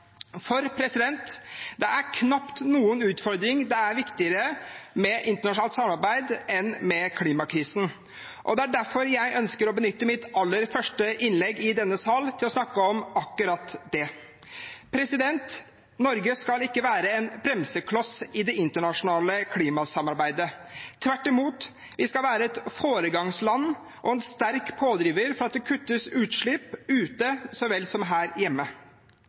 Det er knapt noen utfordring det er viktigere med internasjonalt samarbeid om enn klimakrisen, og det er derfor jeg ønsker å benytte mitt aller første innlegg i denne sal til å snakke om akkurat det. Norge skal ikke være en bremsekloss i det internasjonale klimasamarbeidet. Tvert imot, vi skal være et foregangsland og en sterk pådriver for at det kuttes utslipp, ute så vel som her hjemme,